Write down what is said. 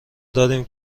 داریم